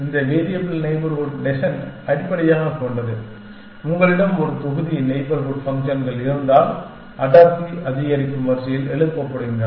இந்த variable neighbourhood descent அடிப்படையாகக் கொண்டது உங்களிடம் ஒரு தொகுதி நெய்பர்ஹூட் ஃபங்க்ஷன்கள் இருந்தால் அடர்த்தி அதிகரிக்கும் வரிசையில் எழுப்பப்படுகின்றன